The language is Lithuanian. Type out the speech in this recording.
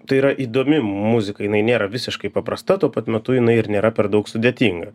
tai yra įdomi muzika jinai nėra visiškai paprasta tuo pat metu jinai ir nėra per daug sudėtinga